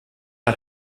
las